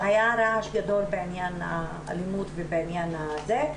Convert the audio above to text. שהיה רעש גדול בעניין האלימות ובעניין הזה,